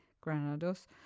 Granados